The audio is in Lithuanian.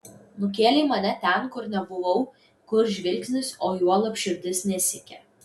nukėlei mane ten kur nebuvau kur žvilgsnis o juolab širdis nesiekė